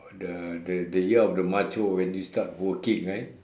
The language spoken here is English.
the the the year of the macho when you start working right